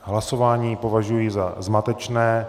Hlasování považuji za zmatečné.